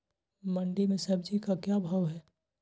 मंडी में सब्जी का क्या भाव हैँ?